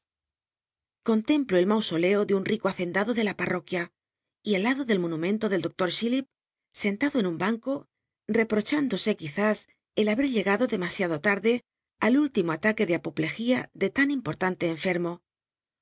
contemplo el mausoleo de un l'ico hacendado de la parroc uia y al lado del momunento al doctor cbilli sentado en un llaneo re l'ochtindosc c uizás el ballet llegado dcmaoiado tarde al rllimo ataque de apoplegía de tan import ante enfer mo